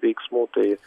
veiksmų tai